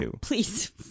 please